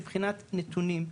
מבחינת נתונים,